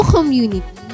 Community